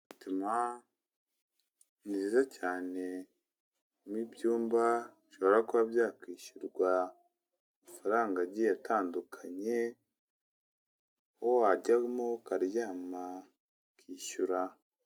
Aparitoma nziza cyane n'ibyumba bishobora kuba byakwishyurwa amafaranga agiye atandukanye, aho wajyamo ukaryama, ukishyura.